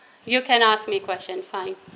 you can ask me question five